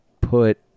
put